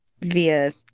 via –